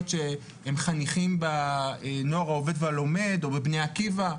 שהם חניכים בנוער העובד והלומד או בבני עקיבא.